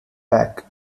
back